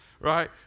right